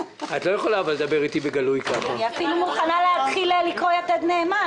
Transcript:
אני אפילו מוכנה להתחיל לקרוא "יתד נאמן",